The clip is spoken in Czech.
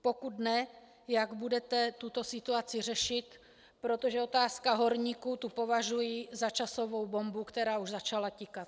Pokud ne, jak budete tuto situaci řešit, protože otázka horníků, tu považuji za časovanou bombu, která už začala tikat.